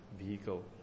vehicle